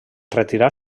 retirar